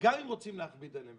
שגם אם רוצים להכביד עליהם,